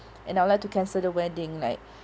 and I would like to cancel the wedding like